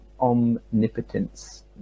omnipotence